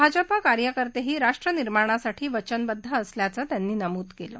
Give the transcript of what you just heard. भाजप कार्यकर्तेही राष्ट्र निर्माणासाठी वचनबद्ध असल्याचं त्यांनी नमूद कलि